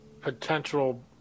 potential